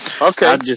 Okay